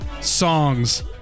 songs